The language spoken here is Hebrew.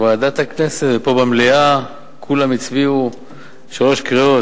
בוועדת הכנסת ופה במליאה כולם הצביעו שלוש קריאות,